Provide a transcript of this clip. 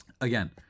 again